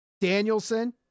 Danielson